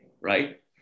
right